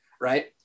right